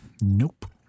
Nope